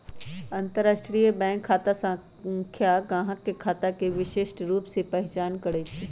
अंतरराष्ट्रीय बैंक खता संख्या गाहक के खता के विशिष्ट रूप से पहीचान करइ छै